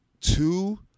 Two